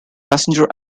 passenger